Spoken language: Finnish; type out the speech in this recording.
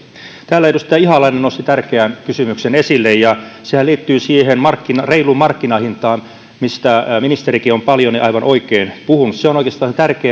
täällä edustaja ihalainen nosti tärkeän kysymyksen esille ja sehän liittyy siihen reiluun markkinahintaan mistä ministerikin on paljon ja aivan oikein puhunut se on oikeastaan se tärkein